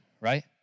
right